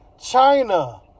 China